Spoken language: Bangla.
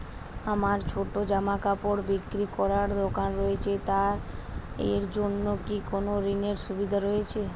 আমার ছোটো জামাকাপড় বিক্রি করার দোকান রয়েছে তা এর জন্য কি কোনো ঋণের সুবিধে রয়েছে?